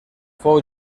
fou